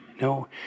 No